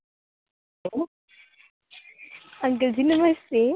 पंडित ji नमस्ते